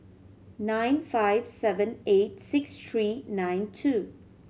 nine five seven eight six three nine two